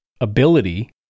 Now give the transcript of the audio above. ability